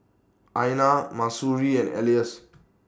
Aina Mahsuri and Elyas